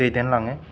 दैदेनलाङो